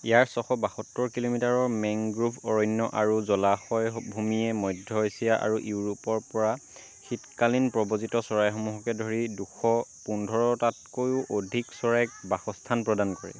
ইয়াৰ ছশ বাসত্তৰ কিলোমিটাৰৰ মেংগ্ৰোভ অৰণ্য আৰু জলাশয় ভূমিয়ে মধ্য এছিয়া আৰু ইউৰোপৰ পৰা শীতকালীন প্ৰব্ৰজিত চৰাইসমূহকে ধৰি দুশ পোন্ধৰটাতকৈও অধিক চৰাইক বাসস্থান প্ৰদান কৰে